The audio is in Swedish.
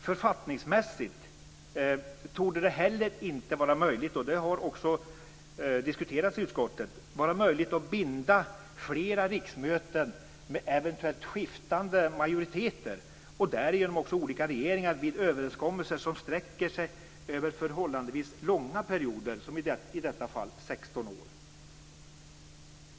Författningsmässigt torde det heller inte vara möjligt - och det har också diskuterats i utskottet - att binda flera riksmöten med eventuellt skiftande majoriteter och därigenom också olika regeringar vid överenskommelser som sträcker sig över förhållandevis långa perioder, som i detta fall 16 år.